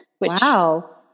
Wow